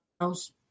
House